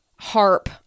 harp